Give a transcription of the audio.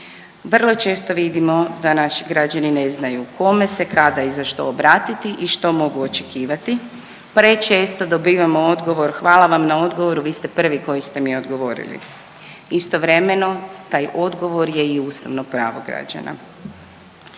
Vrlo često vidimo da naši građani ne znaju kome se, kada i za što obraditi i što mogu očekivati. Prečesto dobivamo odgovor hvala vam na odgovoru, vi ste prvi koji ste mi odgovorili. Istovremeno, taj odgovor je i ustavno pravo građana.